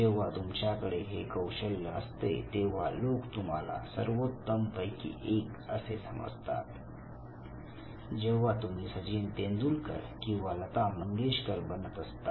जेव्हा तुमच्याकडे हे कौशल्य असते तेव्हा लोक तुम्हाला सर्वोत्तम पैकी एक असे समजतात तेव्हा तुम्ही सचिन तेंडुलकर किंवा लता मंगेशकर बनत असता